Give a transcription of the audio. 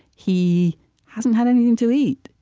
he hasn't had anything to eat.